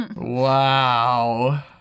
Wow